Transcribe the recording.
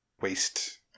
waste